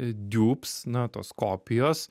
diups na tos kopijos